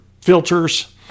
filters